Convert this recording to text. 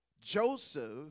Joseph